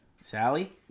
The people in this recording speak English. Sally